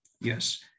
Yes